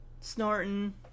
snorting